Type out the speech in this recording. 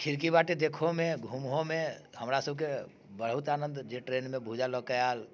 खिड़की बाटे देखहोमे घूमहोमे हमरा सभकेँ बहुत आनंद जे ट्रेनमे भुजा लऽकऽ आएल